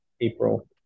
April